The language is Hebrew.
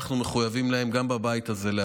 אנחנו מחויבים להם לאחדות גם בבית הזה.